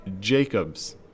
Jacobs